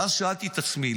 ואז שאלתי את עצמי,